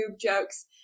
jokes